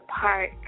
park